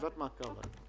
הישיבה ננעלה בשעה